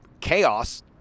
chaos